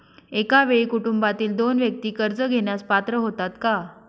एका वेळी कुटुंबातील दोन व्यक्ती कर्ज घेण्यास पात्र होतात का?